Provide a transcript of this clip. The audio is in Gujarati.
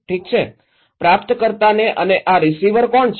ઠીક છે પ્રાપ્તકર્તાને અને આ રીસીવર કોણ છે